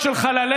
שר,